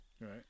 Right